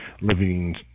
living